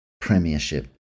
premiership